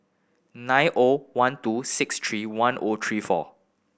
nine O one two six three one O three four